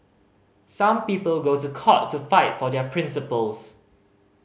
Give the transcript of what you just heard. some people go to court to fight for their principles